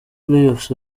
playoffs